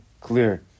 Clear